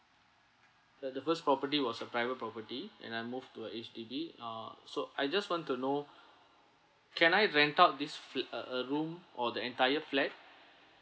the the first property was a private property and I moved to a H_D_B uh so I just want to know can I rent out this fl~ uh uh room or the entire flat